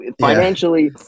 Financially